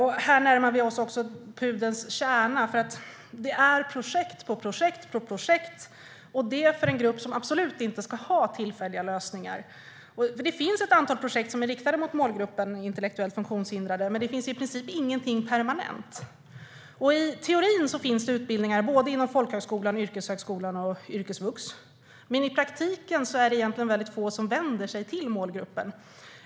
Här närmar vi oss också pudelns kärna. Det är projekt på projekt - och det för en grupp som absolut inte ska ha tillfälliga lösningar. Det finns ett antal projekt som är riktade till målgruppen intellektuellt funktionshindrade, men det finns i princip ingenting permanent. I teorin finns det utbildningar inom såväl folkhögskolan som yrkeshögskolan och yrkesvux, men i praktiken är det väldigt få som vänder sig till målgruppen.